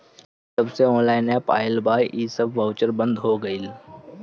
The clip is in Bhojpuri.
जबसे ऑनलाइन एप्प आईल बा इ सब बाउचर बंद हो गईल